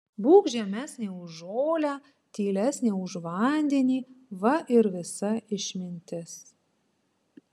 būk žemesnė už žolę tylesnė už vandenį va ir visa išmintis